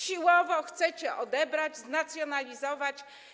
Siłowo chcecie odebrać, znacjonalizować.